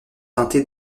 teinté